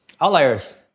Outliers